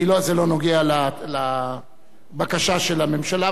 כי זה לא קשור לבקשה של הממשלה.